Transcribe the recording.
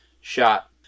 shot